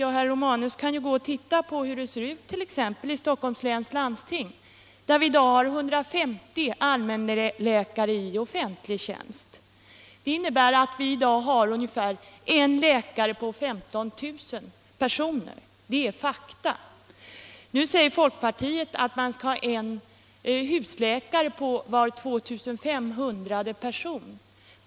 Jo, herr Romanus kan ju gå ut och titta på hur det ser ut t.ex. i Stockholms läns landsting, där vi i dag har 150 allmänläkare i offentlig tjänst. Det innebär ungefär en läkare på 15 000 personer — det är fakta. Nu säger folkpartiet att man skall ha en husläkare på 2 500 personer.